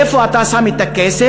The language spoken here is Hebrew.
איפה אתה שם את הכסף,